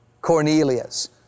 Cornelius